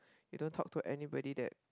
you don't talk to anybody that